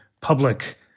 public